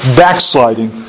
backsliding